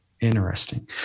Interesting